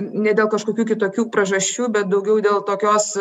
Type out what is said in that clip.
ne dėl kažkokių kitokių priežasčių bet daugiau dėl tokios